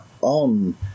on